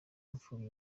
imfubyi